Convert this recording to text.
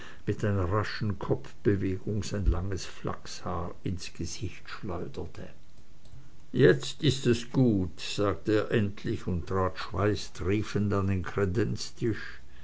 mit einer raschen kopfbewegung sein langes flachshaar ins gesicht schleuderte jetzt ist es gut sagte er endlich und trat schweißtriefend an den